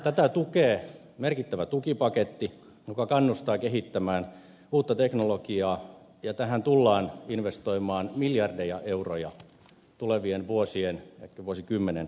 tätä tukee merkittävä tukipaketti joka kannustaa kehittämään uutta teknologiaa ja tähän tullaan investoimaan miljardeja euroja tulevien vuosien ehkä vuosikymmenen aikana